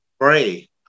Pray